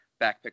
backpick